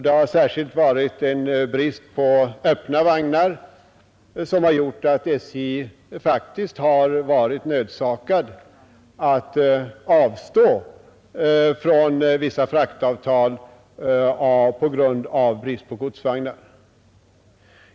Det har särskilt varit en brist på öppna vagnar, som har gjort att SJ faktiskt har tvingats att avstå från vissa fraktavtal.